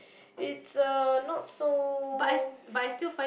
it's uh not so